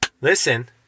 Listen